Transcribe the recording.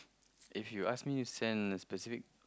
if you ask me to send a specific